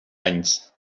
anys